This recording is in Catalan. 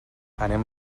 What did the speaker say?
anem